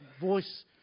voice